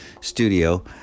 studio